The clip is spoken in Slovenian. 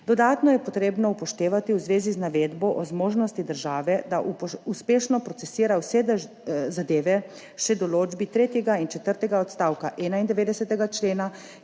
Dodatno je potrebno upoštevati v zvezi z navedbo o zmožnosti države, da uspešno procesira vse zadeve, še določbi tretjega in četrtega odstavka 91. člena,